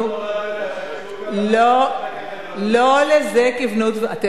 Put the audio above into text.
אנחנו הולדנו את השקשוקה ואתם את הצדק החברתי.